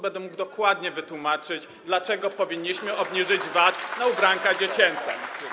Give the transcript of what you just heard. Będą mógł dokładnie wytłumaczyć, dlaczego powinniśmy obniżyć VAT na ubranka dziecięce.